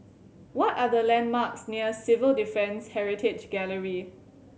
what are the landmarks near Civil Defence Heritage Gallery